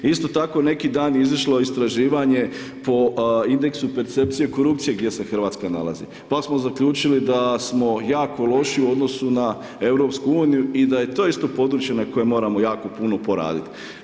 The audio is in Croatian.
Isto tako, neki dan je izišlo istraživanje po indeksu percepcije korupcije gdje se Hrvatska nalazi pa smo zaključili da smo jako loši u odnosu na EU i da je to isto područje na koje moramo jako puno poraditi.